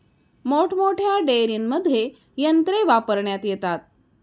मोठमोठ्या डेअरींमध्ये यंत्रे वापरण्यात येतात